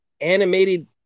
animated